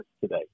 today